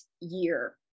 year